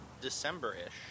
December-ish